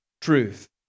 truth